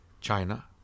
China